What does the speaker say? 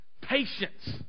patience